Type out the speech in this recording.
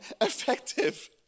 effective